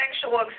sexual